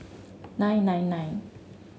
nine nine nine